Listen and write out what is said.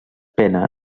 pena